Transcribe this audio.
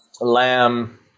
lamb